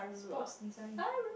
dots design